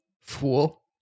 fool